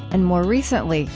and, more recently,